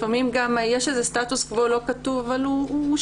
לפעמים גם יש איזה סטטוס-קוו לא כתוב אבל שקט,